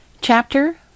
Chapter